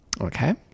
okay